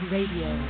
Radio